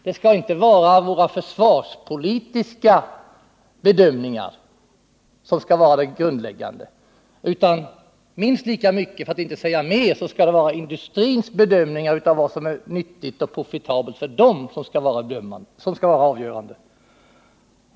Det skall ju inte vara försvarspolitiska bedömningar som skall få vara grundläggande, utan minst lika stor tyngd, för att inte säga större tyngd, skall tillmätas industrins bedömningar av vad som är nyttigt och projektabelt för den. Detta skall vara avgörande.